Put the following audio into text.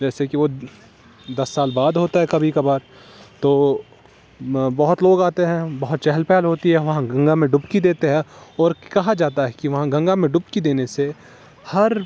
جیسے کہ وہ دس سال بعد ہوتا ہے کبھی کبھارتو بہت لوگ آتے ہیں بہت چہل پہل ہوتی ہے وہاں گنگا میں ڈبکی دیتے ہیں اور کہا جاتا ہے کہ وہاں گنگا میں ڈبکی دینے سے ہر